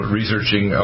researching